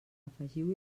afegiu